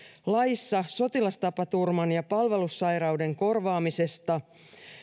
laissa sotilastapaturman ja palvelussairauden korvaamisesta